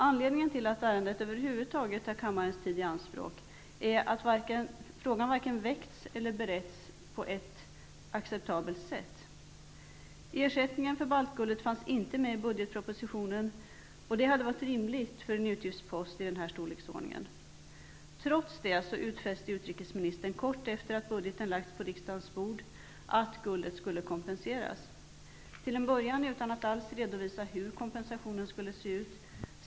Anledningen till att ärendet över huvud taget tar kammarens tid i anspråk är att frågan varken väckts eller beretts på ett acceptabelt sätt. Ersättningen för baltguldet fanns inte med i budgetpropositionen. Det hade varit rimligt för en utgiftspost av den här storleksordningen. Trots detta utfäste utrikesministern kort efter det att budgeten lagts på riksdagens bord att guldet skulle kompenseras. Till en början skedde detta utan att regeringen alls redovisade hur kompensationen skulle se ut.